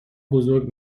بزرگ